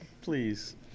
Please